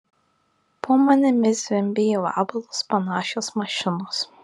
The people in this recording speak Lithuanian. po manimi zvimbia į vabalus panašios mašinos